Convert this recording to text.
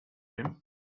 him